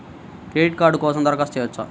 Credit card కోసం దరఖాస్తు చేయవచ్చా?